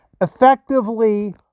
effectively